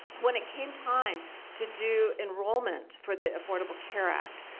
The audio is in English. when it came time to do enrollment for the affordable care act,